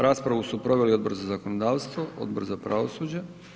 Raspravu su proveli Odbor za zakonodavstvo, Odbor za pravosuđe.